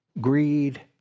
greed